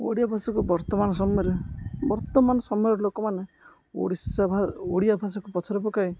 ଓଡ଼ିଆ ଭାଷାକୁ ବର୍ତ୍ତମାନ ସମୟରେ ବର୍ତ୍ତମାନ ସମୟରେ ଲୋକମାନେ ଓଡ଼ିଶା ଓଡ଼ିଆ ଭାଷାକୁ ପଛରେ ପକାଇ